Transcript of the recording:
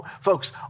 folks